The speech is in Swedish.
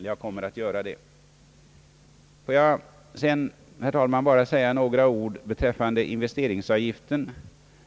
Jag vill sedan, herr talman, säga några ord beträffande investeringsavgiften.